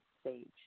stage